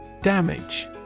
Damage